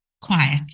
quiet